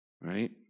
right